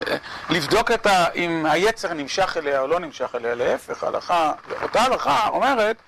לבדוק אם היצר נמשך אליה או לא נמשך אליה, להפך הלכה, אותה הלכה אומרת...